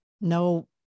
no